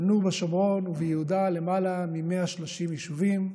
בנו בשומרון וביהודה למעלה מ-130 יישובים,